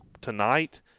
tonight